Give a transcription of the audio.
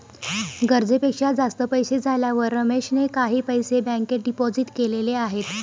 गरजेपेक्षा जास्त पैसे झाल्यावर रमेशने काही पैसे बँकेत डिपोजित केलेले आहेत